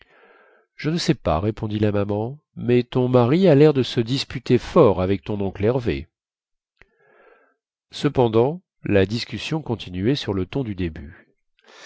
je ne sais pas répondit la maman mais ton mari à lair de se disputer fort avec ton oncle hervé cependant la discussion continuait sur le ton du début